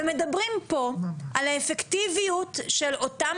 ומדברים פה על האפקטיביות של אותם